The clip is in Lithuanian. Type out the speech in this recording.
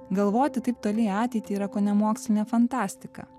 galvoti taip toli į ateitį yra kone mokslinė fantastika